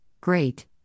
great